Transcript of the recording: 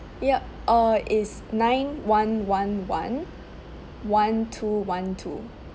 yup uh is nine one one one one two one two